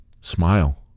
smile